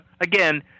again